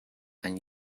and